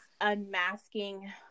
unmasking